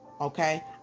okay